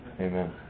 Amen